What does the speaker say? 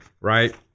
Right